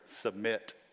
submit